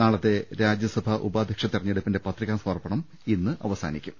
നാളത്തെ രാജ്യസഭാ ഉപാധ്യക്ഷ തെരഞ്ഞെടുപ്പിന്റെ പത്രികാസമർപ്പണം ഇന്ന് അവ സാനിക്കും